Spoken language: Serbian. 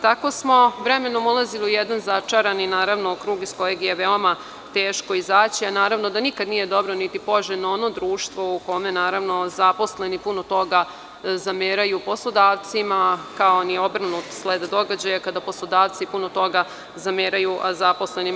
Tako smo vremenom ulazili u jedan začarani krug iz koga je veoma teško izaći, a naravno da nikada nije dobro niti poželjno ono društvo u kome naravno, zaposleni puno toga zameraju poslodavcima kao ni obrnuti sled događaja kada poslodavci puno toga zameraju zaposlenima.